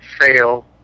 fail